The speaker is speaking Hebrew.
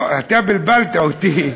לא, אתה בלבלת אותי,